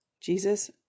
Jesus